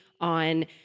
on